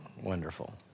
wonderful